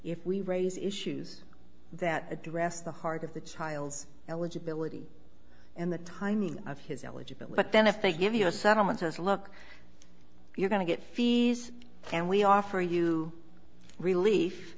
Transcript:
if we raise issues that address the heart of the child's eligibility and the timing of his eligibility then if they give you a settlement says look you're going to get fees and we offer you relief